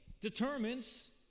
determines